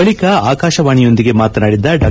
ಬಳಿಕ ಆಕಾಶವಾಣಿಯೊಂದಿಗೆ ಮಾತನಾಡಿದ ಡಾ